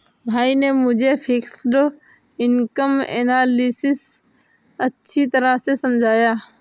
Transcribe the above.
भाई ने मुझे फिक्स्ड इनकम एनालिसिस अच्छी तरह समझाया